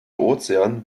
ozean